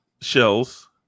shells